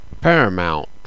Paramount